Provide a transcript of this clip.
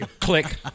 Click